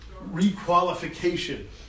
re-qualification